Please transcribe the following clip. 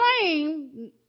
claim